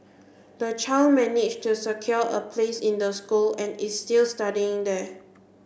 the child managed to secure a place in the school and is still studying there